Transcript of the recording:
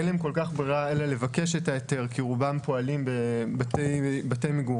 אין להם כל כך ברירה אלא לבקש את ההיתר כי רובם פועלים בבתי מגורים,